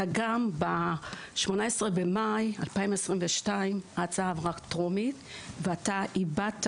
ב-18 במאי 2022 ההצעה עברה טרומית ואתה הבעת